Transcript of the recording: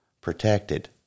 protected